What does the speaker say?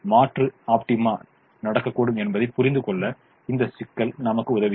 மாற்று ஆப்டிமா நடக்கக்கூடும் என்பதைப் புரிந்துகொள்ள இந்த சிக்கல் நமக்கு உதவியது